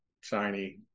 shiny